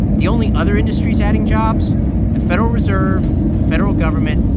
the only other industries adding jobs the federal reserve, the federal government,